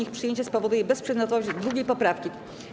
Ich przyjęcie spowoduje bezprzedmiotowość 2. poprawki.